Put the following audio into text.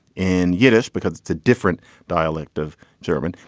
in yiddish because it's a different dialect of german.